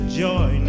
joy